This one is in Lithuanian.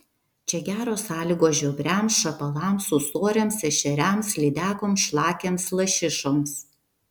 čia geros sąlygos žiobriams šapalams ūsoriams ešeriams lydekoms šlakiams lašišoms